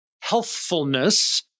healthfulness